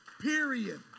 period